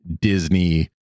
Disney